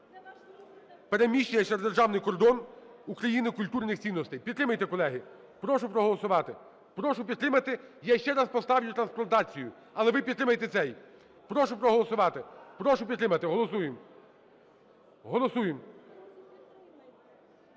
переміщення через державний кордон України культурних цінностей. Підтримайте, колеги. Прошу проголосувати. Прошу підтримати. Я ще раз поставлю трансплантацію, але ви підтримайте цей. Прошу проголосувати, прошу підтримати. Голосуємо! Голосуємо.